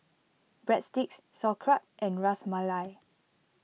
Breadsticks Sauerkraut and Ras Malai